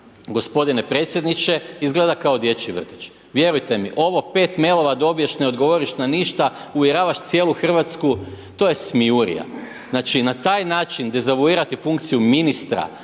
g. predsjedniče, izgleda kao dječji vrtić. Vjerujte mi ovo, pet mailova dobiješ, ne odgovoriš na ništa, uvjeravaš cijelu Hrvatsku, to je smijurija. Znači na taj način dezavuirati funkciju ministra